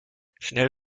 schnell